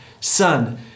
Son